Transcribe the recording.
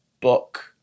book